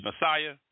Messiah